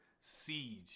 Siege